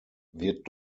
wird